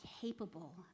capable